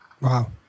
Wow